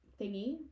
thingy